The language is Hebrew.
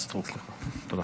תודה.